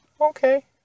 Okay